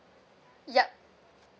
yup